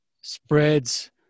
spreads